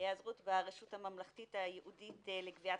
היעזרות ברשות הממלכתית הייעודית לגביית